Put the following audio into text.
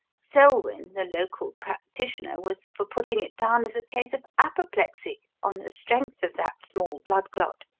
selwin, the local practitioner, was for putting it down as a case of apoplexy on the strength of that small blood-clot,